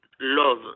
love